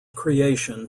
creation